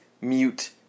mute